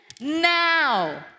now